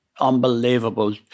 unbelievable